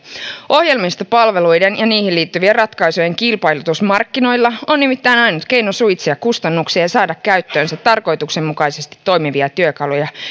ohjelmistopalveluiden ja niihin liittyvien ratkaisujen kilpailutus markkinoilla on nimittäin ainut keino suitsia kustannuksia ja saada käyttöönsä tarkoituksenmukaisesti toimivia työkaluja